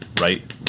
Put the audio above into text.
right